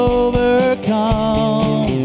overcome